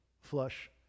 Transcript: flush